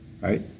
Right